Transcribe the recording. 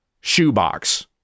shoebox